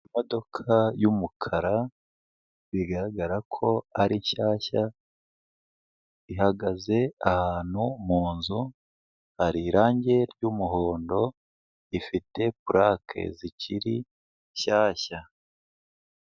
Imodoka y'umukara bigaragara ko ari shyashya, ihagaze ahantu mu nzu hari irange ry'umuhondo, ifite purake zikiri shyashya.